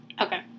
Okay